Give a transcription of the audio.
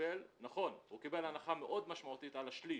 נכון, הוא קיבל הנחה מאוד משמעותית על השליש,